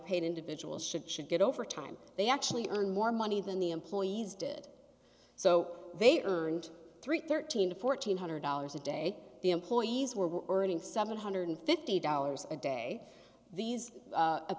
paid individual should should get overtime they actually earn more money than the employees did so they earned through thirteen to fourteen hundred dollars a day the employees were earning seven hundred fifty dollars a day these